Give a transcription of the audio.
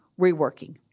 reworking